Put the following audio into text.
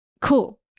cool